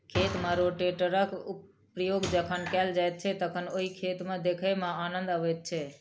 खेत मे रोटेटरक प्रयोग जखन कयल जाइत छै तखन ओहि खेत के देखय मे आनन्द अबैत छै